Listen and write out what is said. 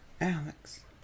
Alex